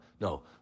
No